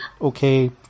Okay